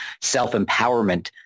self-empowerment